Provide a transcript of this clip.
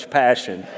passion